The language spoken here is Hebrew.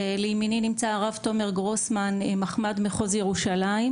לימיני נמצא הרב תומר גרוסמן, מחמ"ד מחוז ירושלים,